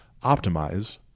optimize